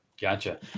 gotcha